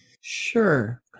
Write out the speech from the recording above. Sure